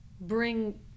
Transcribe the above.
bring